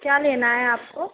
क्या लेना है आपको